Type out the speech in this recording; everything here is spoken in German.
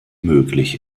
möglich